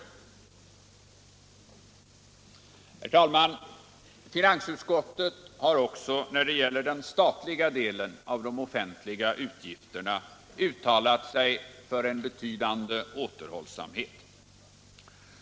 Herr talman! Finansutskottet har också när det gäller den statliga delen av de offentliga utgifterna uttalat sig för en betydande återhållsamhet.